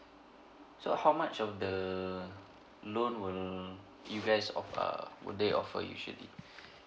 so how much of the loan will you guys of err will they offer usually